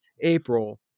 april